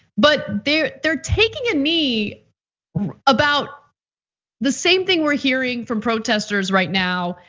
but they're they're taking a knee about the same thing we're hearing from protesters right now.